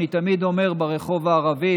אני תמיד אומר "ברחוב הערבי",